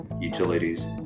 utilities